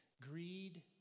Greed